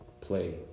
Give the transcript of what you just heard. play